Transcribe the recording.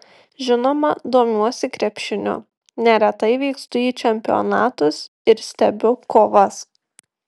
žinoma domiuosi krepšiniu neretai vykstu į čempionatus ir stebiu kovas